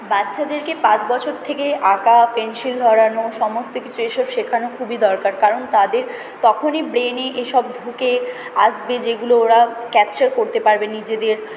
বাচ্চাদেরকে পাঁচ বছর থেকে আঁকা পেনসিল ধরানো সমস্ত কিছু এসব শেখানো খুবই দরকার কারণ তাদের তখনই ব্রেনে এসব ঢোকে আসবে যেগুলো ওরা ক্যাপচার করতে পারবে নিজেদের